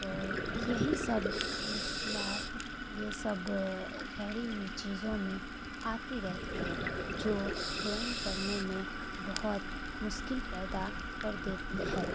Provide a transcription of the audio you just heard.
تو یہی سب مشکلات یہ سب ٹھہری ہوئی چیزوں میں آتی رہتی ہے جو ڈرائنگ کرنے میں بہت مشکل پیدا کر دیتی ہے